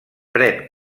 pren